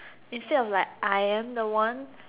instead of like I am the one